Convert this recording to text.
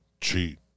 cheat